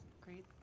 Great